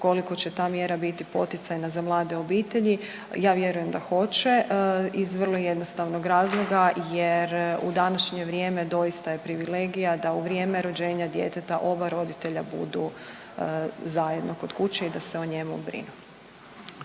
koliko će ta mjera biti poticajna za mlade obitelji, ja vjerujem da hoće iz vrlo jednostavnog razloga jer u današnje vrijeme doista je privilegija da u vrijeme rođenja djeteta oba roditelja budu zajedno kod kuće i da se o njemu brinu.